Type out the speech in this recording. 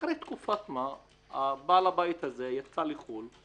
אחרי תקופת מה בעל הבית יצא לחו"ל,